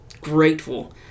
grateful